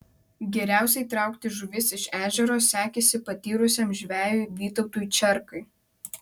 geriausiai traukti žuvis iš ežero sekėsi patyrusiam žvejui vytautui čerkai